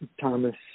Thomas